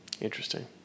Interesting